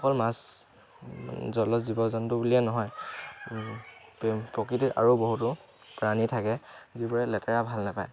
অকল মাছ জলত জীৱ জন্তু বুলিয়ে নহয় প্ৰকৃতিত আৰু বহুতো প্ৰাণী থাকে যিবোৰে লেতেৰা ভাল নেপায়